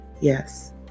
Yes